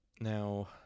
now